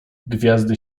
gwiazdy